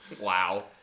Wow